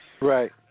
Right